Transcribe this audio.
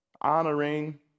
honoring